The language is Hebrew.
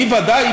אני ודאי,